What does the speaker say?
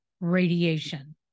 radiation